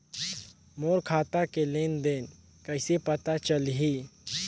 मोर खाता के लेन देन कइसे पता चलही?